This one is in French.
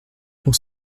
pour